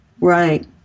right